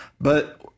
but-